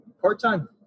part-time